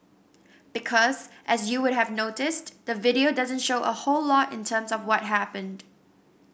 because as you would have noticed the video doesn't show a whole lot in terms of what happened